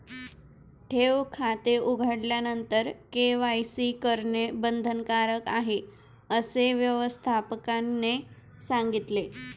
ठेव खाते उघडल्यानंतर के.वाय.सी करणे बंधनकारक आहे, असे व्यवस्थापकाने सांगितले